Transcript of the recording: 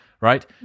right